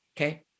Okay